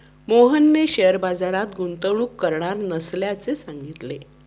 मोहनने शेअर बाजारात गुंतवणूक करणार नसल्याचे सांगितले